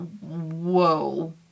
whoa